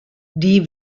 die